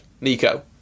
Nico